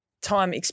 time